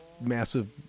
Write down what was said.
massive